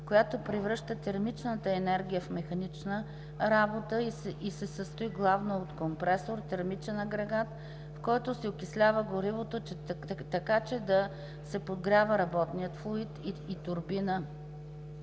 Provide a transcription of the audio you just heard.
която превръща термичната енергия в механична работа и се състои главно от компресор, термичен агрегат, в който се окислява горивото, така че да се подгрява работният флуид, и турбина;